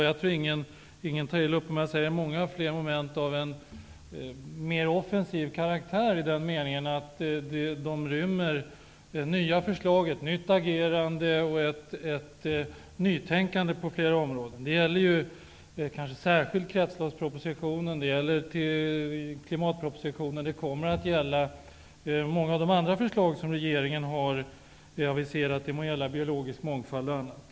Jag tror inte att någon tar illa upp om jag säger att det är fråga om moment av mer offensiv karaktär i den meningen att de rymmer nya förslag, ett nytt agerande och ett nytänkande på flera områden. Det gäller särskilt kretsloppspropositionen och klimatpropositionen, och det kommer att gälla många av de andra förslag som regeringen har aviserat. De må gälla biologisk mångfald och annat.